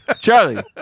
Charlie